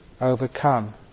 overcome